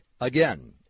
Again